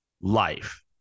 life